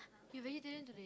you vegetarian today